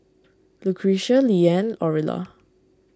Lucretia Leeann Orilla